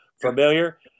familiar